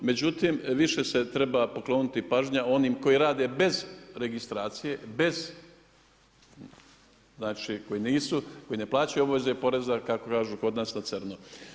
Međutim, više se treba pokloniti pažnja onima koji rade bez registracije, bez, znači koji nisu, koji ne plaćaju obaveze poreza kako kažu kod nas na crno.